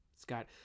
Scott